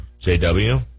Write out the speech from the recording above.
JW